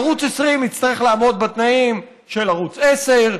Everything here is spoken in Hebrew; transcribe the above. ערוץ 20 יצטרך לעמוד בתנאים של ערוץ 10,